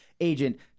agent